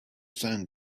sand